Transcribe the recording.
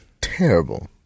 terrible